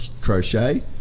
crochet